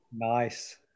Nice